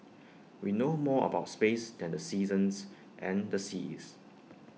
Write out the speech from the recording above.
we know more about space than the seasons and the seas